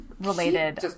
related